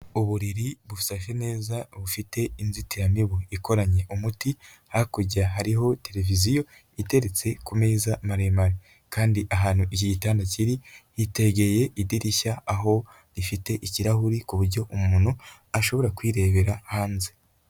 Uburiri busashe neza bufite inzitiramibu ikoranye umuti, hakurya hariho televiziyo iteretse ku meza maremare kandi ahantu iki gitanda kiri hitegeye idirishya, aho ifite ikirahuri kuburyo umuntu ashobora kwirebera hanze.